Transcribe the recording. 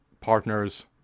partners